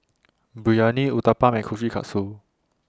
Biryani Uthapam and Kushikatsu